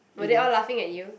were they all laughing at you